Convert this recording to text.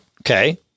Okay